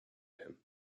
him